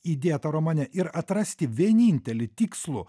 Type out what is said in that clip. įdėtą romane ir atrasti vienintelį tikslų